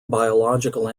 biological